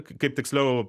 kaip tiksliau